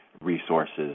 resources